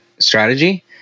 Strategy